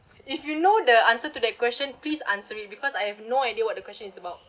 if you know the answer to that question please answer it because I have no idea what the question is about